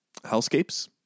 Hellscapes